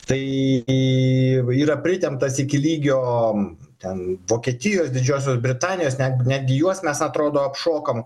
tai į va yra pritemptas iki lygiom ten vokietijos didžiosios britanijos netgi netgi juos mes atrodo apšokam